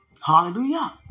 Hallelujah